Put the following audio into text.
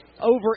over